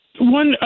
one